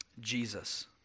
Jesus